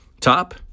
top